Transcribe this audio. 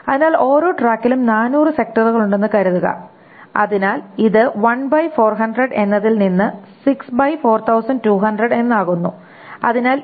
അതിനാൽ ഓരോ ട്രാക്കിലും 400 സെക്ടറുകളുണ്ടെന്ന് കരുതുക അതിനാൽ ഇത് 1400 എന്നതിൽ നിന്ന് 604200 എന്നാകുന്നു അതിനാൽ ഇവ 0